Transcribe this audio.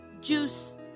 juice